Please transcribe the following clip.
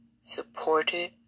supported